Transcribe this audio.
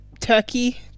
turkey